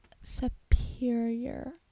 superior